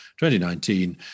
2019